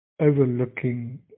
overlooking